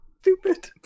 Stupid